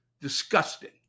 disgusting